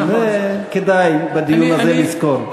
את זה כדאי בדיון הזה לזכור.